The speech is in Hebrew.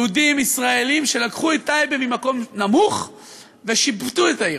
יהודים ישראלים שלקחו את טייבה ממקום נמוך ושיפרו את העיר,